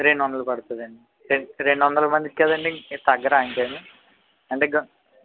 రెండువందలు పడుతుందా అండీ రెండు వందలు మందికి కదండీ ఏమీ తగ్గరా ఇంకేమి గ